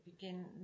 begin